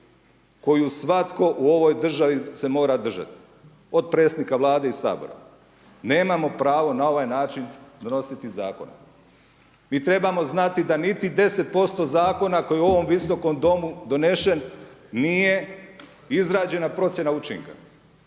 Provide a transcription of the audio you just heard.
koju svatko u ovoj državi se mora držati, od predsjednika Vlade i Sabora. Nemamo pravo na ovaj način donositi zakone. Mi trebamo znati da niti 10% zakona, koji je u ovom Visokom domu donesen, nije izrađena procjena učinka.